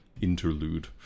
Interlude